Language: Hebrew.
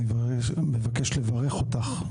אני מבקש לברך אותך,